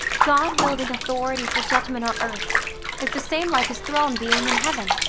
god wielding authority for judgment on earth is the same like his throne being in heaven.